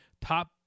top